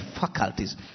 faculties